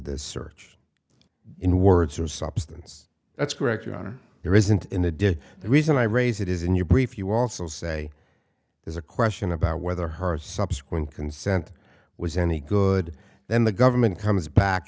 this search in words or substance that's correct your honor there isn't in the did the reason i raise it is in your brief you also say there's a question about whether her subsequent consent was any good then the government comes back